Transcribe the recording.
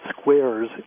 squares